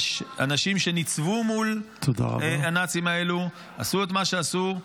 יש אנשים שניצבו מול הנאצים האלה, עשו את מה שעשו,